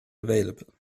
available